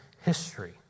history